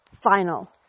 final